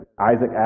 Isaac